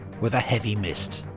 with a heavy mist.